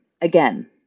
again